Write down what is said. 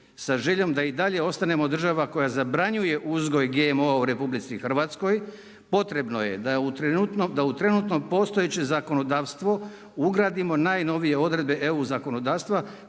sa željom da i dalje ostanemo država koja zabranjuje uzgoj GMO-a u RH. Potrebno je da u trenutno postojeće zakonodavstvo ugradimo najnovije odredbe EU zakonodavstva